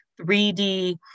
3D